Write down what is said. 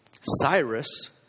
Cyrus